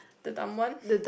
the dumb one